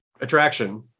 attraction